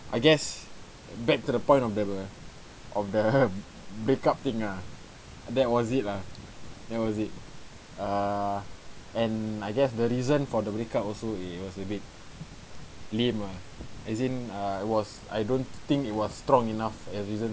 I guess back to the point of the of the breakup thing ah that was it lah that was it err and I guess the reason for breakup also it was a bit lame lah as in uh it was I don't think it was strong enough reason